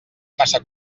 massa